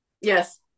Yes